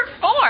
four